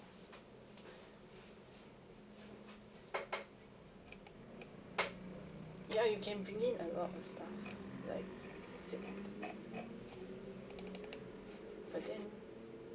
ya you can bring in a lot of stuff like but then